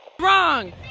wrong